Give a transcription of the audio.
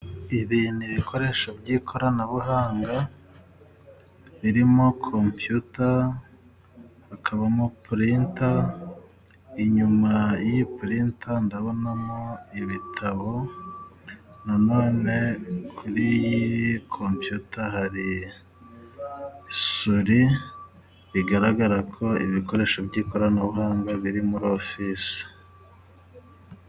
Ibi ni ibikoresho by'ikoranabuhanga birimo kompiyuta hakabamo purinta inyuma y'iyi purinta ndabonamo ibitabo nanone kuri iyi kompiyuta hari suri bigaragara ko ibi bikoresho by'ikoranabuhanga biri muri ofisi.